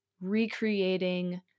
recreating